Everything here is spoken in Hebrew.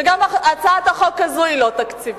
שגם היא לא תקציבית.